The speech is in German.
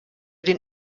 den